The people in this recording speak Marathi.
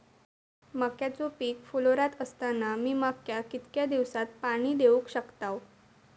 मक्याचो पीक फुलोऱ्यात असताना मी मक्याक कितक्या दिवसात पाणी देऊक शकताव?